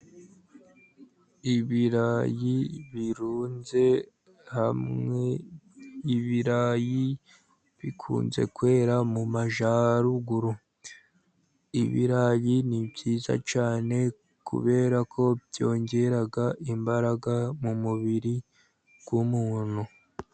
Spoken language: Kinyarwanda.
Ibirayi birunze hamwe, ibirayi bikunze kwera mu majyaruguru, ibirayi ni byiza cyane kubera ko byongera imbaraga mu mubiri w'umuntu.